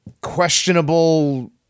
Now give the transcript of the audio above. questionable